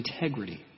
integrity